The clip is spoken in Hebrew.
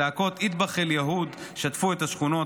צעקות "אטבח אל-יהוד" שטפו את השכונות.